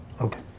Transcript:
Okay